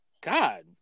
God